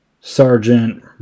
Sergeant